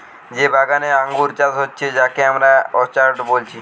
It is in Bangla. যে বাগানে আঙ্গুর চাষ হচ্ছে যাকে আমরা অর্চার্ড বলছি